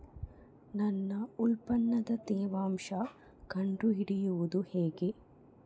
ನನ್ನ ಉತ್ಪನ್ನದ ತೇವಾಂಶ ಕಂಡು ಹಿಡಿಯುವುದು ಹೇಗೆ?